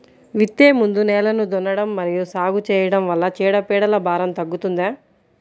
విత్తే ముందు నేలను దున్నడం మరియు సాగు చేయడం వల్ల చీడపీడల భారం తగ్గుతుందా?